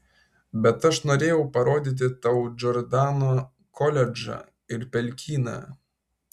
bet aš norėjau parodyti tau džordano koledžą ir pelkyną